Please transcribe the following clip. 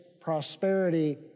prosperity